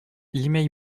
limeil